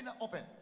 open